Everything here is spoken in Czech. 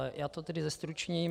Já to tedy zestručním.